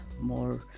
more